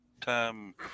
time